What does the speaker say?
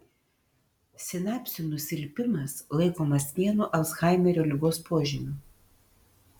sinapsių nusilpimas laikomas vienu alzhaimerio ligos požymių